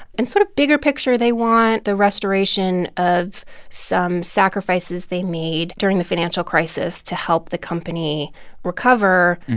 and sort of bigger picture, they want the restoration of some sacrifices they made during the financial crisis to help the company recover.